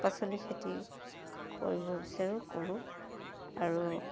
পাচলি খেতি কৰিব বিচাৰোঁ কৰোঁ আৰু